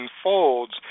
unfolds